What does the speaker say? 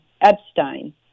Epstein